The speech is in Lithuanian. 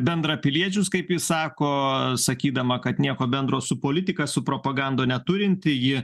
bendrapiliečius kaip ji sako sakydama kad nieko bendro su politika su propaganda neturinti ji